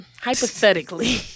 hypothetically